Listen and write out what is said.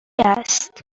است